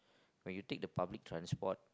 when you take the public transport